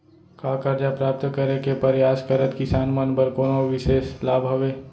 का करजा प्राप्त करे के परयास करत किसान मन बर कोनो बिशेष लाभ हवे?